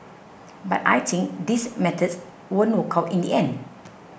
but I think these methods won't work out in the end